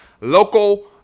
local